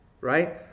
Right